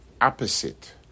opposite